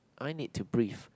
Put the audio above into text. I need to breathe